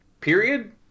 period